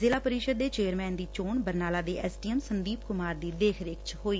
ਜ਼ਿਲਾ ਪਰਿਸ਼ਦ ਦੇ ਚੇਅਰਸੈਨ ਦੀ ਚੋਣ ਬਰਨਾਲਾ ਦੇ S D M Sandeep Kumar ਦੀ ਦੇਖ ਰੇਖ ਚ ਹੋਈ